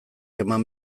eman